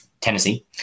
Tennessee